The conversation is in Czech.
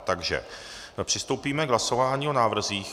Takže přistoupíme k hlasování o návrzích.